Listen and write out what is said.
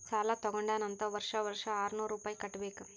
ಸಾಲಾ ತಗೊಂಡಾನ್ ಅಂತ್ ವರ್ಷಾ ವರ್ಷಾ ಆರ್ನೂರ್ ರುಪಾಯಿ ಕಟ್ಟಬೇಕ್